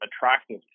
attractive